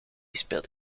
speelt